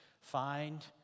find